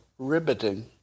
ribbiting